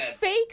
fake